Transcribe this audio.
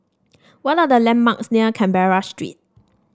what are the landmarks near Canberra Street